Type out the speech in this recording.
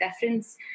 difference